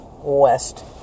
West